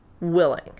willing